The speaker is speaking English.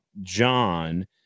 John